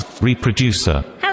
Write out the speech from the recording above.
Reproducer